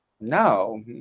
No